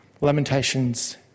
Lamentations